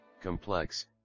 complex